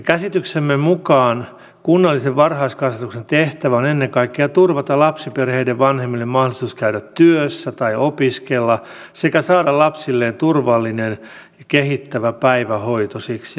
käsityksemme mukaan kunnallisen varhaiskasvatuksen tehtävä on ennen kaikkea turvata lapsiperheiden vanhemmille mahdollisuus käydä työssä tai opiskella sekä saada lapsilleen turvallinen ja kehittävä päivähoito siksi ajaksi